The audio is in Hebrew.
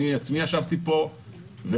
אני עצמי ישבתי פה ואמרתי,